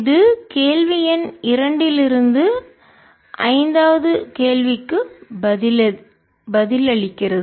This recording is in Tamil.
இது கேள்வி எண் இரண்டிலிருந்து ஐந்தாவது கேள்விக்கு பதிலளிக்கிறது